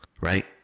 right